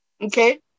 Okay